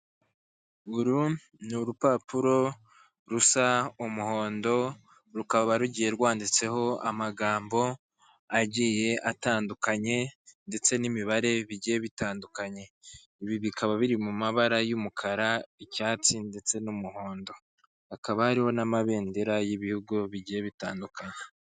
Uru ni urupapuro rusa umuhondo rukaba rugiye rwanditseho amagambo agiye atandukanye ndetse n'imibare bigiye bitandukanye, ibi bikaba biri mu mabara y'umukara, icyatsi ndetse n'umuhondo, hakaba hariho n'amabendera y'ibihugu bigiye bitandukanye.